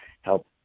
help